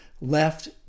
left